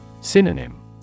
Synonym